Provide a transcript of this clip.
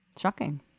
Shocking